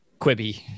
Quibby